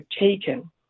taken